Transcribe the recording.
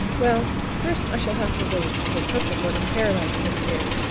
well, first i shall have to wait till the purple bird-of-paradise gets here.